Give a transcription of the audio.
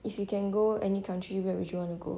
if you can go any country where would you want to go